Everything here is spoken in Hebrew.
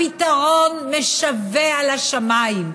הפתרון זועק לשמיים,